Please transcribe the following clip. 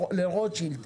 לרוטשילד,